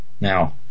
Now